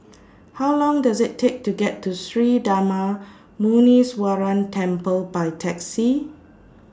How Long Does IT Take to get to Sri Darma Muneeswaran Temple By Taxi